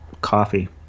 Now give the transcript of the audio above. Coffee